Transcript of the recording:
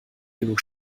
genug